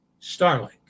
Starlink